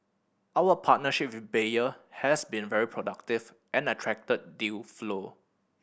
our partnership with Bayer has been very productive and attracted deal flow